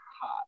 hot